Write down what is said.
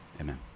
Amen